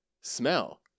Smell